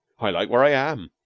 i like where i am.